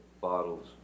bottles